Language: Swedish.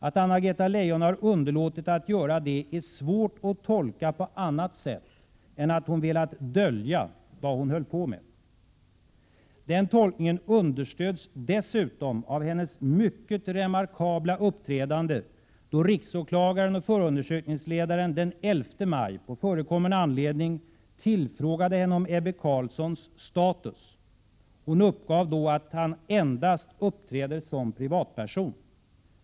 Att Anna-Greta Leijon har underlåtit att göra det är svårt att tolka på annat sätt än att hon velat dölja vad hon höll på med. Den tolkningen understöds dessutom av hennes mycket remarkabla uppträdande då riksåklagaren och förundersökningsledaren den 11 maj på förekommen anledning tillfrågade henne om Ebbe Carlssons status. Hon uppgav då att han endast uppträder som privatperson.